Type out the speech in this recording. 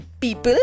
people